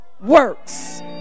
works